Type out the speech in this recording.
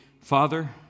Father